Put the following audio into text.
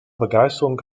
begeisterung